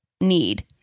need